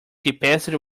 capacity